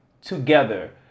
together